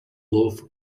loaf